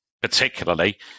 particularly